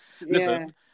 listen